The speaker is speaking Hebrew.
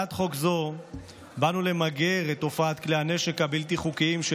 הצעת חוק כזאת תעבור היום במליאת הכנסת